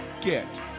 get